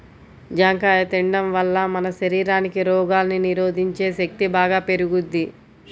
జాంకాయ తిండం వల్ల మన శరీరానికి రోగాల్ని నిరోధించే శక్తి బాగా పెరుగుద్ది